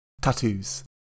Tattoos